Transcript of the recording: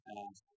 ask